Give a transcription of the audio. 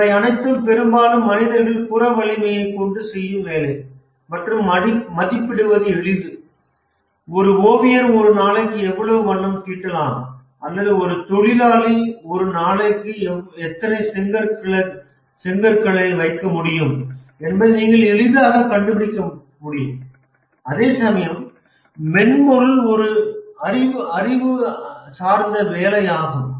இவை அனைத்தும் பெரும்பாலும் மனிதர்கள் புறவலிமையை கொண்டு செய்யும் வேலை மற்றும் மதிப்பிடுவது எளிது ஒரு ஓவியர் ஒரு நாளைக்கு எவ்வளவு வண்ணம் தீட்டலாம் அல்லது ஒரு தொழிலாளி ஒரு நாளைக்கு எத்தனை செங்கற்களை வைக்க முடியும் என்பதை நீங்கள் எளிதாகக் கண்டுபிடிக்கலாம் அதேசமயம் மென்பொருள் ஒரு அறிவார்ந்த வேலையாகும்